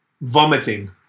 vomiting